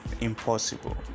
impossible